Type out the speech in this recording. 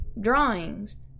drawings